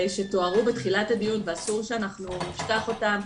שתוארו בתחילת הדיון ואסור שאנחנו נשכח אותם,